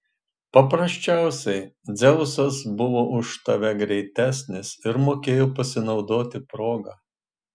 paprasčiausiai dzeusas buvo už tave greitesnis ir mokėjo pasinaudoti proga